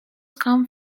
come